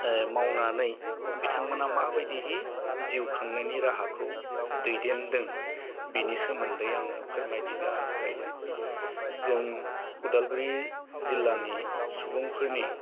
मावनानै बिथांमोना माबायदिहै जिउ खांनायनि राहाखौ दैदेनदों बेनि सोमोन्दै आङो फोरमायथिनो हास्थायदों जों उदालगुरि जिल्लानि सुबुंफोरनि